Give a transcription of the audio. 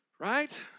right